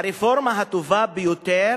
הרפורמה הטובה ביותר,